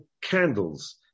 candles